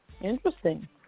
Interesting